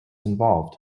involved